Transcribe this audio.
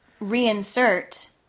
reinsert